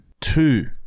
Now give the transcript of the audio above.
Two